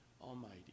Almighty